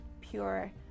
pure